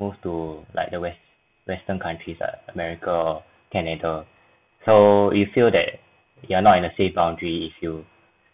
move to like the west western countries like america canada so you feel that you're not in a safe boundary if you